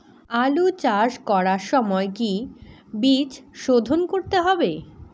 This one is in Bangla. আলু চাষ করার সময় কি বীজ শোধন করতে হবে?